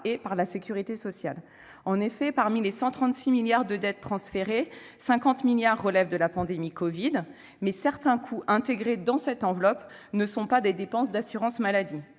par la sécurité sociale. En effet, sur les 136 milliards d'euros de dette transférés, 50 milliards d'euros relèvent de la pandémie de covid, mais certains coûts inclus dans cette enveloppe ne sont pas des dépenses d'assurance maladie.